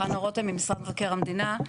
חנה רותם ממשרד מבקר המדינה.